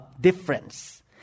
Difference